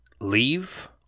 leave